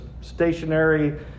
stationary